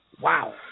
wow